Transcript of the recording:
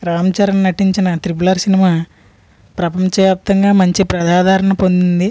రామ్ చరణ్ నటించిన triple R cinema ప్రపంచ యాప్తంగా మంచి ప్రజాదారణ పొందింది